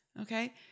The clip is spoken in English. Okay